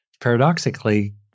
Paradoxically